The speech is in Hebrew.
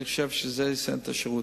אני חושב שזה יסייע לשירות.